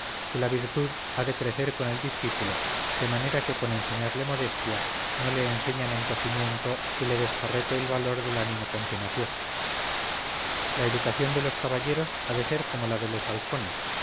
que la virtud ha de crecer con el discípulo de manera que con enseñarle modestia no le enseñan encogimiento que le desjarrete el valor del ánimo con que nació la educación de los caballeros ha de ser como la de los halcones